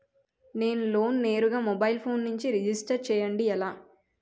నేను లోన్ నేరుగా mobile phone నుంచి రిజిస్టర్ చేయండి ఎలా?